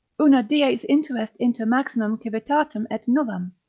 una dies interest inter maximum civitatem et nullam,